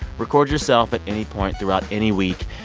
record yourself at any point throughout any week,